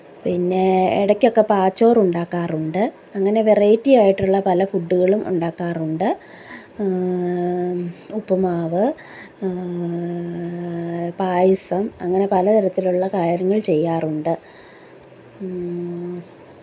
പിന്നെ ഇടയ്ക്കൊക്കെ പാച്ചോറ് ഉണ്ടാക്കാറുണ്ട് അങ്ങനെ വെറൈറ്റി ആയിട്ടുള്ള പല ഫുഡ്ഡുകളും ഉണ്ടാക്കാറുണ്ട് ഉപ്പുമാവ് പായസം അങ്ങനെ പല തരത്തിലുള്ള കാര്യങ്ങൾ ചെയ്യാറുണ്ട്